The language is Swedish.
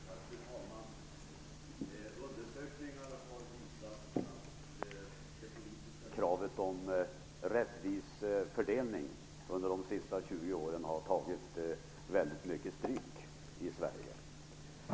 Fru talman! Undersökningar har visat att det politiska kravet om rättvisefördelning under de senaste 20 åren har tagit väldigt mycket stryk i Sverige.